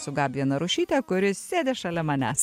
su gabija narušyte kuri sėdi šalia manęs